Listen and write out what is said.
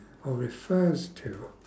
or refers to